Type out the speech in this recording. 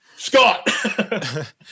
Scott